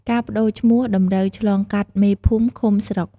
ការប្តូវឈ្មោះតម្រូវឆ្លងកាត់ មេភូមិ ឃុំ ស្រុក។